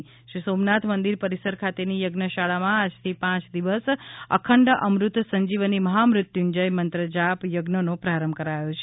હનુમાન જયંતી શ્રી સોમનાથ મંદિર પરિસર ખાતેની યજ્ઞશાળામાં આજથી પાંચ દિવસ અખંડ અમૃત સંજીવની મહામૃત્યુંજય મંત્ર જાપ યજ્ઞનો પ્રારંભ કરાયો છે